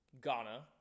Ghana